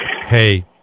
Hey